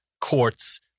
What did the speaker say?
courts